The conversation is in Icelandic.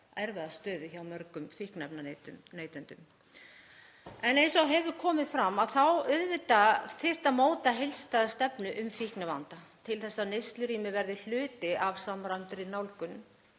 erfiða stöðu hjá mörgum fíkniefnaneytendum. En eins og hefur komið fram þá þyrfti auðvitað að móta heildstæða stefnu um fíknivanda til að neyslurými verði hluti af samræmdri nálgun